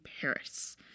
Paris